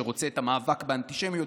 שרוצה את המאבק באנטישמיות,